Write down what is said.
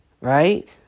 right